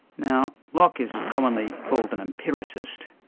now locke is commonly called an empiricist,